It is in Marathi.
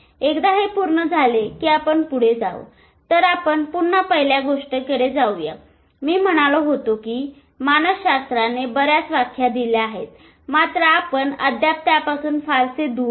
एकदा हे पूर्ण झाले की आपण पुढे जाऊ तर आपण पुन्हा पहिल्या गोष्टीकडे जाऊया मी म्हणालो होतो की मानसशास्त्राने बऱ्याच व्याख्या दिलेल्या आहेत मात्र आपण अद्याप त्यापासून फारसे दूर नाही